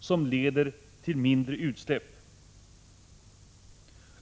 som leder till mindre utsläpp.